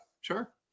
Sure